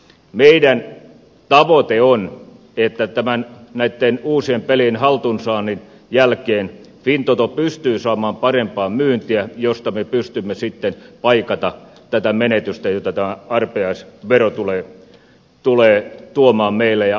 meidän tavoitteemme on että näitten uusien pelien haltuunsaannin jälkeen fintoto pystyy saamaan parempaa myyntiä josta me pystymme sitten paikkaamaan tätä menetystä jota tämä arpajaisvero tulee tuomaan meille ja alaa rankaisemaan